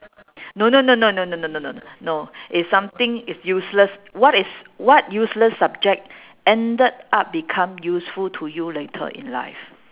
no no no no no no no no no no it's something is useless what is what useless subject ended up become useful to you later in life